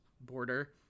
border